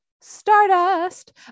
stardust